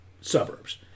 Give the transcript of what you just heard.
suburbs